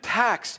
tax